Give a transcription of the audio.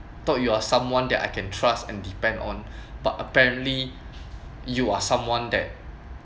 thought you are someone that I can trust and depend on but apparently you are someone that